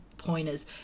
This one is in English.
pointers